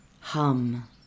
hum